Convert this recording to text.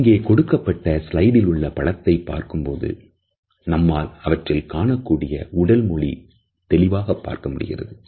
இங்கே கொடுக்கப்பட்ட சிலைடில் உள்ள படத்தை பார்க்கும் போது நம்மால் அவற்றில் காணக்கூடிய உடல் மொழி தெளிவாக பார்க்க முடிகிறது